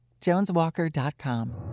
JonesWalker.com